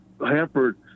hampered